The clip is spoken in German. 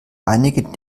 einige